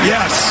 Yes